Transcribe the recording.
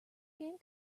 game